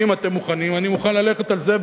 אם אתם מוכנים, אני מוכן ללכת על זה,